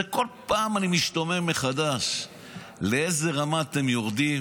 כל פעם אני משתומם מחדש לאיזו רמה אתם יורדים